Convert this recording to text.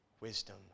wisdom